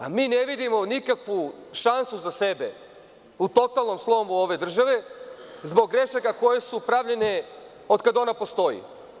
A mi ne vidimo nikakvu šansu za sebe, u totalnom slomu ove države zbog grešaka koje su pravljene od kad ona postoji.